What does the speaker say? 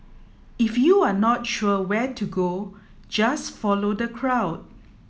if you're not sure where to go just follow the crowd